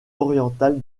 orientale